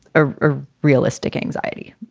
ah a realistic anxiety.